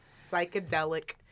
psychedelic